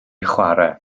chwarae